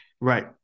Right